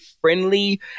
friendly